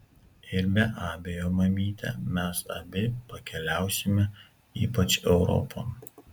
ir be abejo mamyte mes abi pakeliausime ypač europon